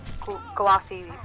glossy